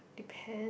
depend